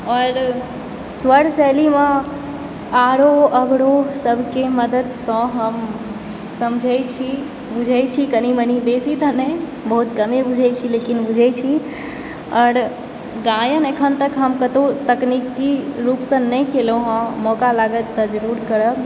आओर स्वर शैली वा आरोह अवरोह सभके मददसँ हम समझैत छी बुझैत छी कनि मनि बेसी तऽ नहि बहुत कमे बुझैत छै लेकिन बुझय छी आओर गायन अखन तक हम कतहुँ तकनीकी रुपसँ नहि केलहुँ हँ मौका लागत तऽ जरुर करब